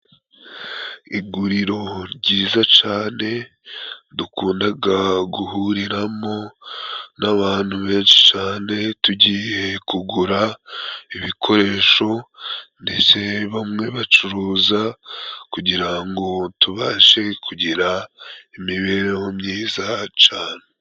Iguriro ryiza cane dukundaga guhuriramo n'abantu benshi cane, tugiye kugura ibikoresho ndetse bamwe bacuruza, kugira ngo tubashe kugira imibereho myiza cane.